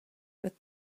but